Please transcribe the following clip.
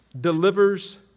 delivers